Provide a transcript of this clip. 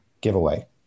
giveaway